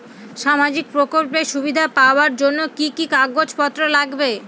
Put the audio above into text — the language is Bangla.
সামাজিক প্রকল্পের সুবিধা পাওয়ার জন্য কি কি কাগজ পত্র লাগবে?